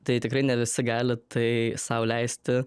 tai tikrai ne visi gali tai sau leisti